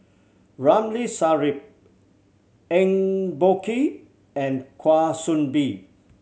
Ramli Sarip Eng Boh Kee and Kwa Soon Bee